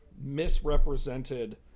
misrepresented